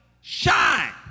shine